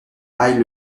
aille